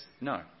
no